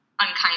unkind